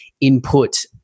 input